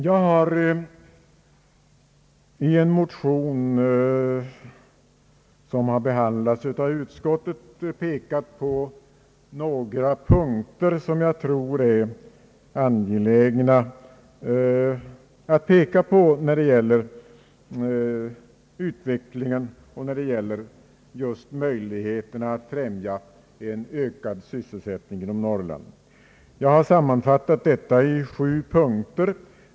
Jag har i en motion, som behandlats av utskottet, pekat på några punkter som jag tror att det är angeläget att betona när det gäller utvecklingen och när det gäller just möjligheterna att främja en ökad sysselsättning i Norrland. Jag har sammanfattat mina åsikter i sju punkter.